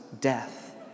death